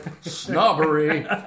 snobbery